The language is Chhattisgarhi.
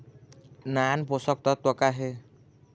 नान पोषकतत्व का हे?